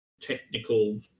technical